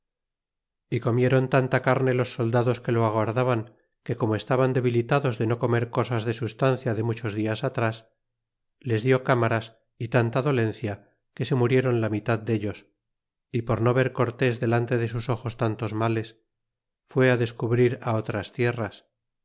y comieron tanta carne los soldados que lo aguardaban que como estaban debilitados de no comercosas de sustancia de muchos dias atras les dió cámaras y tanta dolencia que se murieron la mitad dellos y por no ver cortes delante de sus ojos tantos males fijé á descubrir á otras tierras